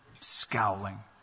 scowling